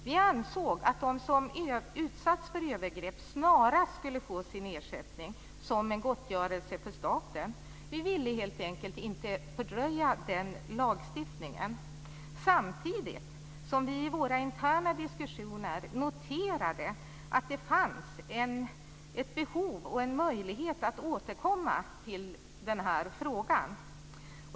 Vi ansåg att de som utsatts för övergrepp snarast skulle få sin ersättning, som en gottgörelse från staten. Vi ville helt enkelt inte fördröja den lagstiftningen, samtidigt som vi i våra interna diskussioner noterade att det fanns ett behov av och en möjlighet att återkomma till den här frågan.